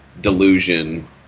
delusion